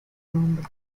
nombre